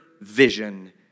vision